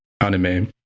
anime